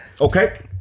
Okay